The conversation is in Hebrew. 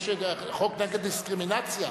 יש חוק נגד דיסקרימינציה,